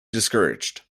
discouraged